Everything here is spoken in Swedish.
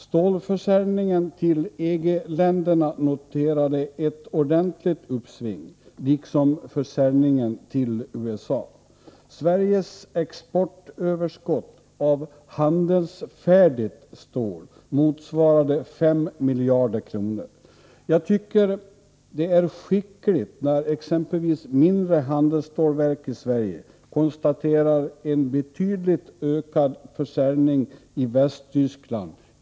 Stålförsäljningen till EG-länderna noterade ett ordentligt uppsving, liksom försäljningen till USA. Sveriges exportöverskott av handelsfärdigt stål motsvarade 5 miljarder kronor. Jag tycker att det är skickligt när exempelvis mindre handelsstålverk i Sverige i den nuvarande situationen konstaterar en betydligt ökad försäljning i Västtyskland.